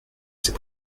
s’est